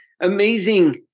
amazing